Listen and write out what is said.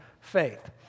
faith